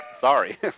sorry